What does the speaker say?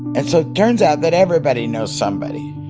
and so it turns out that everybody knows somebody.